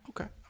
Okay